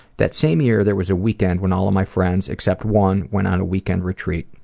that same year, there was a weekend when all of my friends except one went on a weekend retreat.